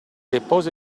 depose